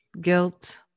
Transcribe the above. guilt